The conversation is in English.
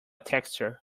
texture